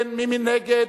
אין, מי נגד?